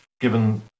given